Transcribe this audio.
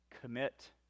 Commit